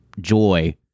joy